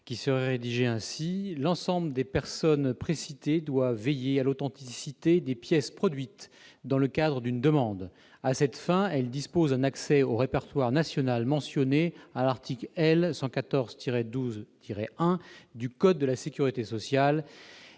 ainsi rédigé :« L'ensemble des personnes précitées doit veiller à l'authenticité des pièces produites dans le cadre d'une demande. À cette fin, elles disposent d'un accès au répertoire national mentionné à l'article L. 114-12-1 du code de la sécurité sociale